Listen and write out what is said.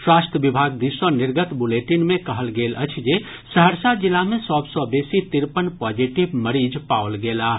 स्वास्थ्य विभाग दिस सँ निर्गत बुलेटिन मे कहल गेल अछि जे सहरसा जिला मे सभ सँ बेसी तिरपन पॉजिटिव मरीज पाओल गेलाह